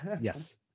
Yes